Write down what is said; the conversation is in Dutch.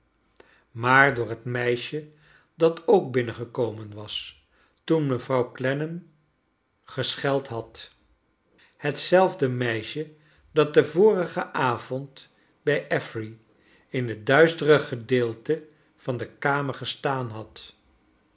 maar door het meisje dat ook binnengekomen was toen mevrouw clennam ges he'd had hetzelfde meisje dat den vorigen avond bij affery in het duistere gedeelte van de kamer gestaan had